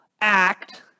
act